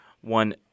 one